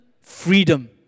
freedom